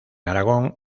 aragón